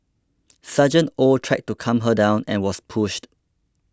Sgt Oh tried to calm her down and was pushed